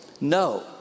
no